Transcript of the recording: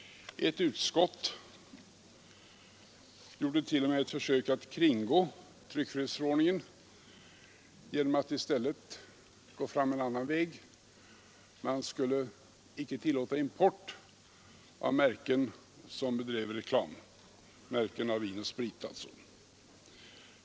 Ett utskott gjorde t.o.m. ett försök att kringgå tryckfrihetsförordningen genom att gå fram en annan väg: man skulle icke tillåta import av vinoch spritmärken för vilka reklam bedrevs.